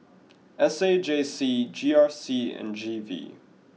S A J C G R C and G V